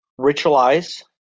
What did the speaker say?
Ritualize